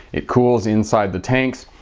it cools inside the tanks,